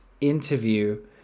interview